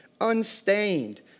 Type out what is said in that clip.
unstained